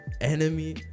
Enemy